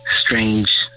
strange